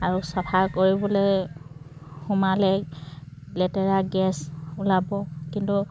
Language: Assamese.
আৰু চাফা কৰিবলৈ সোমালে লেতেৰা গেছ ওলাব কিন্তু